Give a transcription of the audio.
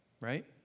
right